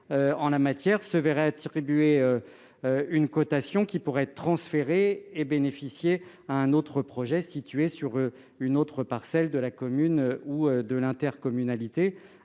en la matière se verrait attribuer une cotation qui pourrait être transférée et bénéficier à un autre projet situé sur une autre parcelle de la commune ou de l'intercommunalité,